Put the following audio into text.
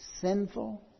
sinful